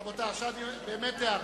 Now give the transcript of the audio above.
רבותי, עכשיו באמת הערה.